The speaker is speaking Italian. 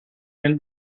nel